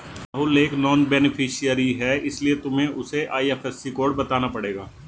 राहुल एक non beneficiary है इसीलिए तुम्हें उसे आई.एफ.एस.सी कोड बताना पड़ेगा